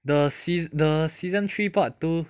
the sea~ the season three part two